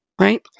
Right